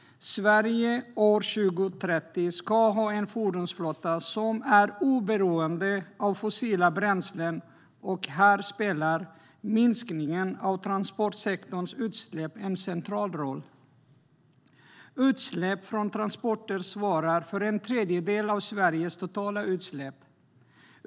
Sverige år 2030 ska ha en fordonsflotta som är oberoende av fossila bränslen, och här spelar minskningen av transportsektorns utsläpp en central roll. Utsläpp från transporter svarar för en tredjedel av Sveriges totala utsläpp.